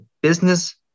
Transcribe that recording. business